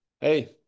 Hey